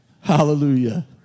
Hallelujah